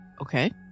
Okay